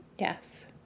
yes